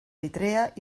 eritrea